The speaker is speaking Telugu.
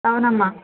అవునమ్మా